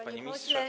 Panie Ministrze!